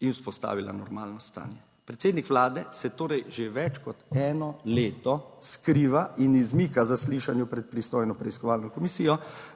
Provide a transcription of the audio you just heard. in vzpostavila normalno stanje. Predsednik Vlade se torej že več kot eno leto skriva in izmika zaslišanju pred pristojno preiskovalno komisijo,